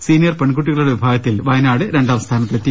senior പെൺകുട്ടികളുടെ വി ഭാഗത്തിൽ വയനാട് രണ്ടാം സ്ഥാനത്തെത്തി